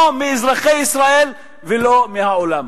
לא מאזרחי ישראל ולא מהעולם.